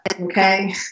okay